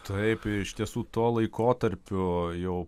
taip iš tiesų tuo laikotarpiu jau